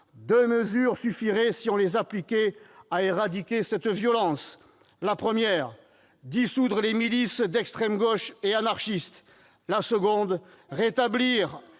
Deux mesures suffiraient, si on les appliquait, à éradiquer cette violence. La première : dissoudre les milices d'extrême gauche et anarchistes ;...